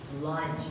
lunch